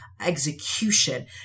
execution